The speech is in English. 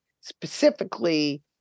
specifically